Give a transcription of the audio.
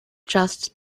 just